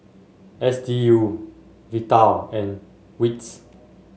S D U Vital and WITS